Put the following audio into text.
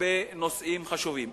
ולגבי נושאים חשובים.